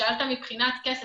שאלת מבחינת כסף,